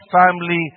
family